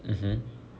mmhmm